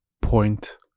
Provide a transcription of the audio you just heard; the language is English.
Point